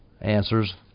answers